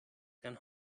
can